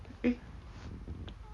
eh